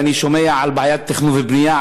ואני שומע על בעיית תכנון ובנייה,